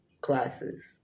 classes